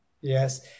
Yes